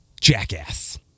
jackass